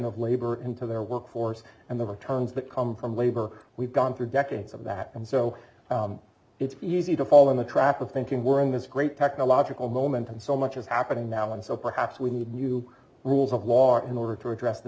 of labor into their workforce and the returns that come from labor we've gone through decades of that and so it's easy to fall in the trap of thinking we're in this great technological moment and so much is happening now and so perhaps we need new rules of law in order to address th